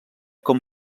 com